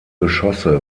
geschosse